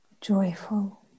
joyful